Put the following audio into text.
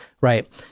Right